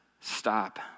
Stop